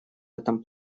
этом